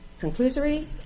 conclusory